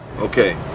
Okay